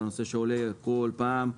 הנושא עולה כל פעם.